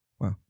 Wow